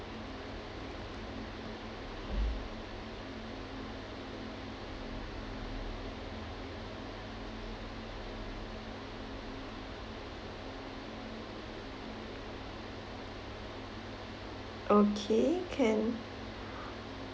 okay can